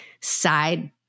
side